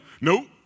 nope